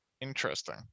interesting